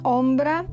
ombra